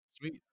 Sweet